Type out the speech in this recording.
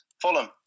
Fulham